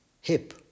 hip